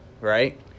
right